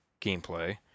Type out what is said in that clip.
gameplay